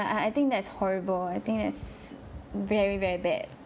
I I think that's horrible I think it's very very bad